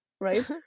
right